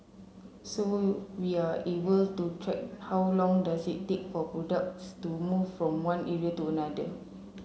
so we're able to track how long does it take for products to move from one area to another